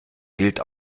gilt